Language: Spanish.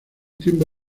tiempo